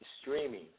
streaming